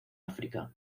áfrica